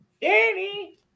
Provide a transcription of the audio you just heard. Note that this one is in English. Danny